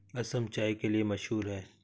असम चाय के लिए मशहूर है